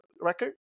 record